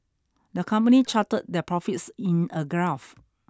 the company charted their profits in a graph